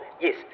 yes